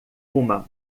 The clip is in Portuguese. uma